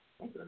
Okay